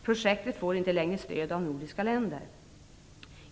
Projektet får inte längre stöd av nordiska länder.